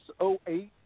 08